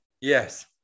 Yes